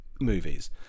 movies